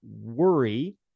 worry